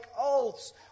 oaths